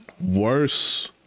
worse